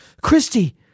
Christy